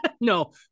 No